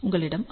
உங்களிடம் ஆர்